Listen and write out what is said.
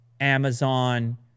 amazon